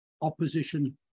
opposition